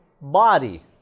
body